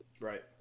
Right